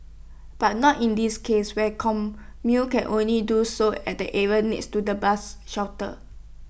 but not in this case where commuters can only do so at the area next to the bus shelter